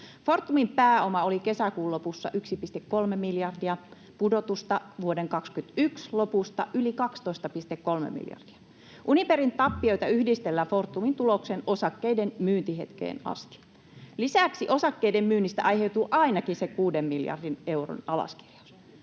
Fortumin pääoma oli kesäkuun lopussa 1,3 miljardia — pudotusta vuoden 2021 lopusta yli 12,3 miljardia. Uniperin tappioita yhdistellään Fortumin tulokseen osakkeiden myyntihetkeen asti. Lisäksi osakkeiden myynnistä aiheutuu ainakin se 6 miljardin euron alaskirjaus.